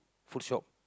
food shop